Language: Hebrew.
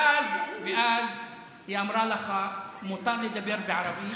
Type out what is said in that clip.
ואז היא אמרה לך: מותר לדבר בערבית,